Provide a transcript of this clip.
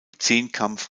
zehnkampf